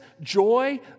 joy